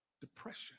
Depression